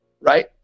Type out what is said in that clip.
right